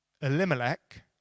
Elimelech